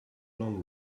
long